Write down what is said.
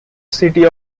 city